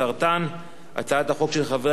הצעת חוק של חבר הכנסת עפו אגבאריה.